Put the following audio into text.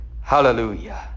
hallelujah